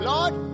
Lord